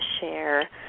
share